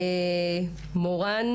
מורן